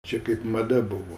čia kaip mada buvo